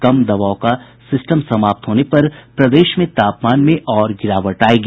कम दबाव का सिस्टम समाप्त होने पर प्रदेश में तापमान में और गिरावट आयेगी